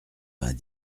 vingt